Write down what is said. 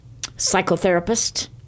psychotherapist